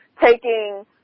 taking